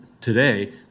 today